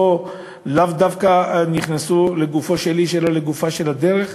הם לאו דווקא נכנסו לגופו של איש אלא לגופה של הדרך,